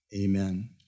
amen